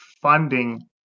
funding